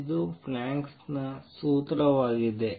ಇದು ಪ್ಲ್ಯಾಂಕ್ ನ ಸೂತ್ರವಾಗಿದೆ